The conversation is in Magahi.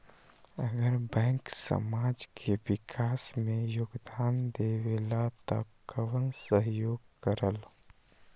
अगर बैंक समाज के विकास मे योगदान देबले त कबन सहयोग करल?